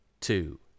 two